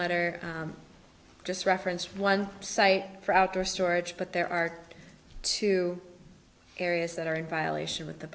letter just referenced one site for outdoor storage but there are two areas that are in violation with the